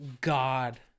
god